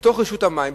בתוך רשות המים,